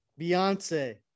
Beyonce